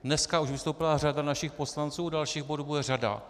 Dneska už vystoupila řada našich poslanců, dalších bodů bude řada.